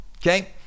Okay